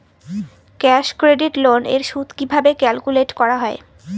Cash credit loan এর সুদ কিভাবে ক্যালকুলেট করা হয়?